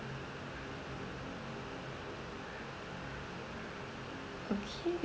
okay